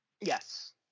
yes